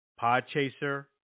Podchaser